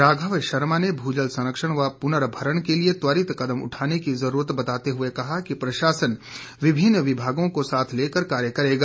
राघव शर्मा ने भूजल संरक्षण व पुर्नभरण के लिए त्वरित कदम उठाने की जरूरत बताते हुए कहा कि प्रशासन विभिन्न विभागों को साथ लेकर कार्य करेगा